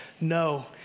no